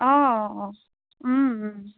অ' অ' অ'